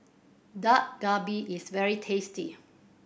Dak Galbi is very tasty